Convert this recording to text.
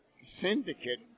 Syndicate